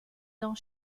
dans